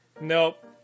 Nope